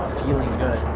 feeling good.